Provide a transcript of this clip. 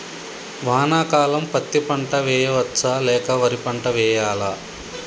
వానాకాలం పత్తి పంట వేయవచ్చ లేక వరి పంట వేయాలా?